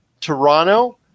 toronto